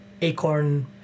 ACORN